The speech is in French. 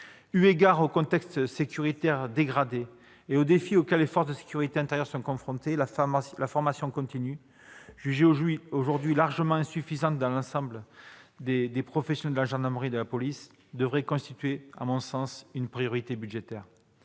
Eu égard au contexte sécuritaire dégradé et aux défis auxquels les forces de sécurité intérieure sont confrontées, la formation continue, jugée aujourd'hui largement insuffisante par l'ensemble des professionnels de la police et de la gendarmerie, devrait constituer une priorité budgétaire.